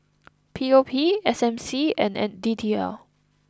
P O P S M C and D T L